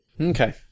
Okay